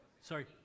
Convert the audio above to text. Sorry